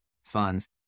funds